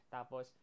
Tapos